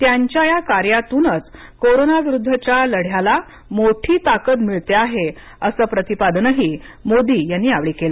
त्यांच्या या कार्यातूनच कोरोना विरुद्धच्या लढ्याला मोठी ताकद मिळते आहे असं प्रतिपादनही मोदी यांनी यावेळी केल